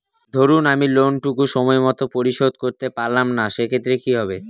ধরুন আমি লোন টুকু সময় মত পরিশোধ করতে পারলাম না সেক্ষেত্রে কি হবে?